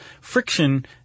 friction